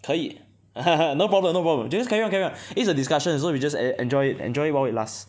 可以 no problem no problem just carry on carry on this is a discussion so we just enjoy it enjoy it while it lasts